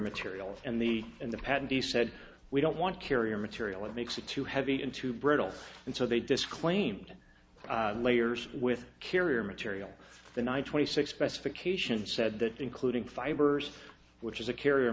material in the in the patent he said we don't want carrier material it makes it too heavy into brittle and so they disclaimed layers with carrier material the ny twenty six specifications said that including fibers which is a carrier